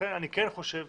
אני כן חושב